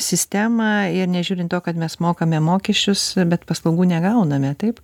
sistemą ir nežiūrint to kad mes mokame mokesčius bet paslaugų negauname taip